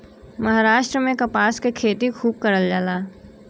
महाराष्ट्र में कपास के खेती खूब करल जाला